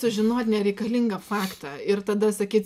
sužinot nereikalingą faktą ir tada sakyt